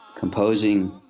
composing